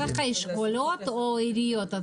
דרך האשכולות או העיריות?